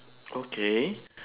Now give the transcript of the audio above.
okay